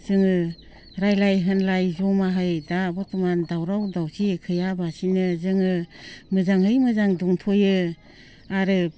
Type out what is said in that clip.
जोङो रायज्लाय होनलाय जमायै दा बर्थमान दावराव दावसि गैयालासिनो जोङो मोजाङै मोजां दंथ'यो आरो